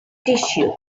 tissue